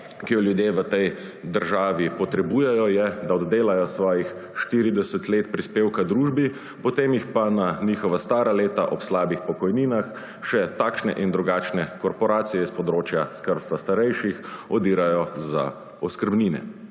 ki jo ljudje v tej državi potrebujejo, je, da oddelajo svojih 40 let prispevka družbi, potem jih pa na njihova stara leta ob slabih pokojninah še takšne in drugačne korporacije s področja skrbstva starejših odirajo za oskrbnine